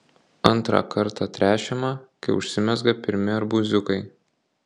antrą kartą tręšiama kai užsimezga pirmi arbūziukai